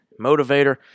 motivator